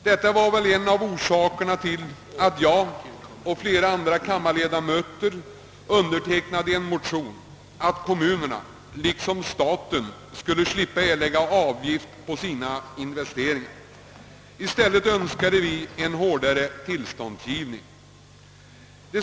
Detta var en av orsakerna till att jag och flera andra kammarledamöter undertecknade en motion om att kommunerna liksom staten skulle slippa erlägga avgift för sina investeringar. I stället önskade vi en hårdare tillståndsgivning.